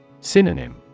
Synonym